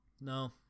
no